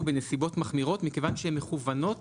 בנסיבות מחמירות מכיוון שהן מכוונות